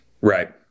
Right